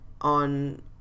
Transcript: on